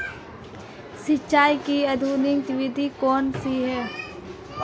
सिंचाई की आधुनिक विधि कौनसी हैं?